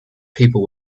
people